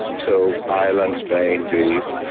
so ireland, spain, greece,